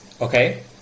okay